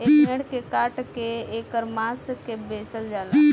ए भेड़ के काट के ऐकर मांस के बेचल जाला